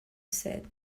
said